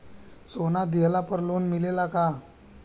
सोना दिहला पर लोन मिलेला का?